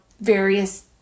various